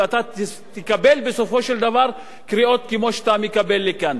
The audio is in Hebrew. ואתה תקבל בסופו של דבר קריאות כמו שאתה מקבל כאן.